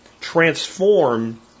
transform